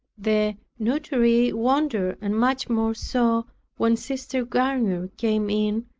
the notary wondered and much more so when sister garnier came in,